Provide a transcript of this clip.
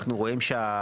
אנו רואים פה